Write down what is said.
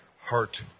heart